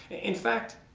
in fact,